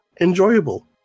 enjoyable